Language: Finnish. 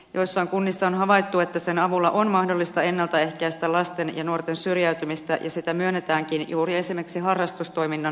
joissain kunnissa on havaittu että sen avulla on mahdollista ennalta ehkäistä lasten ja nuorten syrjäytymistä ja sitä myönnetäänkin juuri esimerkiksi harrastustoiminnan tukemiseen